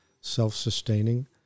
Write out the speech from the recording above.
self-sustaining